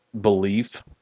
belief